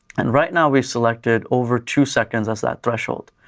and right now, we selected over two seconds as that threshold.